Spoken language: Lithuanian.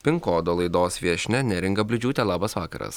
pin kodo laidos viešnia neringa bliūdžiūtė labas vakaras